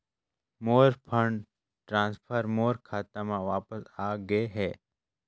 मोर fund transfer मोर खाता म वापस आ गे हे